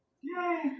Yay